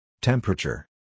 Temperature